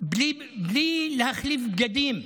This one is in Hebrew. בלי להחליף בגדים,